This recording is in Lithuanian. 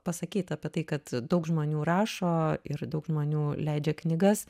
pasakyt apie tai kad daug žmonių rašo ir daug žmonių leidžia knygas